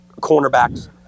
cornerbacks